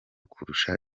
kurusha